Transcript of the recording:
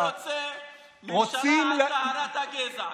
עולה מישהו שרוצה משטרה על טהרת הגזע,